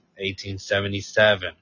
1877